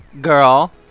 girl